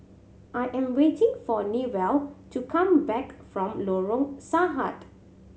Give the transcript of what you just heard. I am waiting for Newell to come back from Lorong Sahad